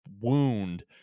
wound